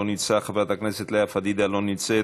לא נמצא,